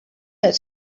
that